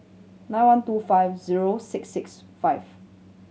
nine one two five zero six six five